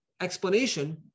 explanation